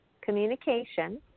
communication